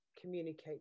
communicate